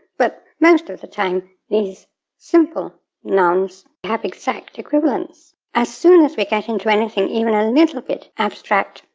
but most of the time these simple nouns have exact equivalents. as soon as we get into anything even a little bit abstract,